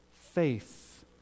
faith